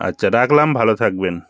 আচ্ছা রাখলাম ভালো থাকবেন